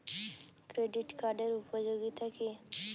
Credit কার্ডের উপযোগিতা কি?